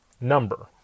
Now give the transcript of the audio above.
number